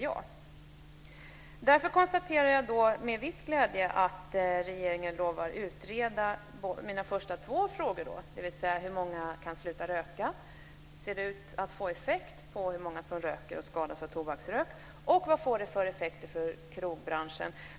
Jag konstaterar med viss glädje att regeringen lovar att utreda mina två första frågor, dvs. hur många som kan sluta röka, om det ser ut att få effekt på antalet rökare och de som skadas av tobaksrök och vad det får för effekter för krogbranschen.